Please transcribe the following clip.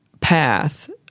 path